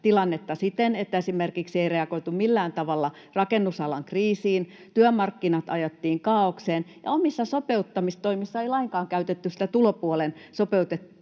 tilannetta siten, että esimerkiksi ei reagoitu millään tavalla rakennusalan kriisiin, työmarkkinat ajettiin kaaokseen ja omissa sopeuttamistoimissa ei lainkaan käytetty tulopuolen sopeutusta